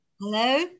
hello